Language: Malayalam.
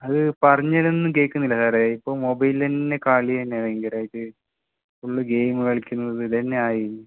അത് പറഞ്ഞാലൊന്നും കേൾക്കുന്നില്ല സാറേ എപ്പോഴും മൊബൈൽ തന്നെ കളി തന്നെ ഭയങ്കരമായിട്ട് ഫുള്ള് ഗെയിം കളിക്കുന്നത് ഇത് തന്നെയായി